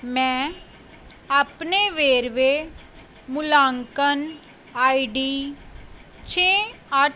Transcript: ਮੈਂ ਆਪਣੇ ਵੇਰਵੇ ਮੁੱਲਾਂਕਣ ਆਈਡੀ ਛੇ ਅੱਠ